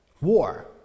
war